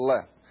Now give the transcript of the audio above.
left